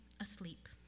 asleep